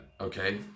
okay